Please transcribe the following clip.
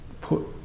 put